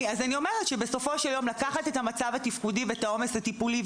אני אומרת לקחת את המצב התפקודי ואת העומס הטיפולי,